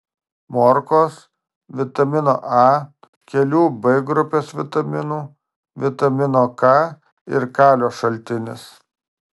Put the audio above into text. morkos vitamino a kelių b grupės vitaminų vitamino k ir kalio šaltinis